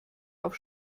auf